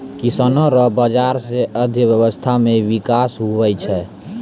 किसानो रो बाजार से अर्थव्यबस्था मे बिकास हुवै छै